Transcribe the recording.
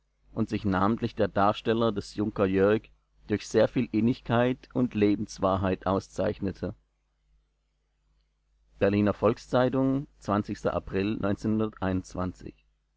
und sich namentlich der darsteller des junker jörg durch sehr viel innigkeit und lebenswahrheit auszeichnete berliner volks-zeitung april